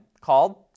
called